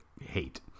hate